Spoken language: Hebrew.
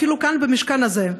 אפילו כאן במשכן הזה,